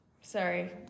sorry